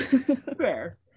Fair